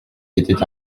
était